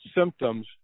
symptoms